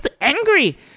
angry